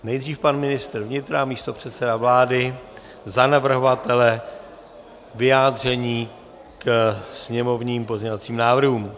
Nejdřív pan ministr vnitra a místopředseda vlády za navrhovatele vyjádření ke sněmovním pozměňovacím návrhům.